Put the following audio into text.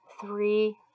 three